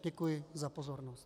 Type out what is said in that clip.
Děkuji za pozornost.